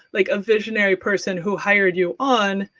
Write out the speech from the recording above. like, a visionary person who hired you on,